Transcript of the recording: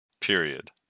Period